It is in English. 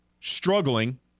struggling